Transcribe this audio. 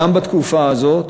גם בתקופה הזאת.